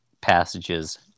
passages